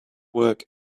work